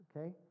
okay